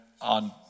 on